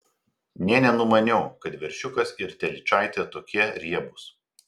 nė nenumaniau kad veršiukas ir telyčaitė tokie riebūs